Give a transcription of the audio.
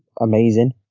amazing